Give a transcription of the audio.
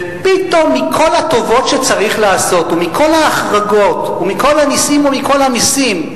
ופתאום מכל הטובות שצריך לעשות ומכל ההחרגות ומכל הנסים ומכל המסים,